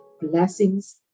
blessings